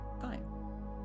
fine